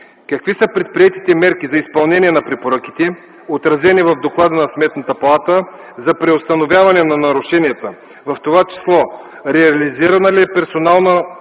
какви са предприетите мерки за изпълнение на препоръките, отразени в доклада на Сметната палата, за преустановяване на нарушенията, в т.ч. реализирана ли е персоналната